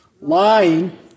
lying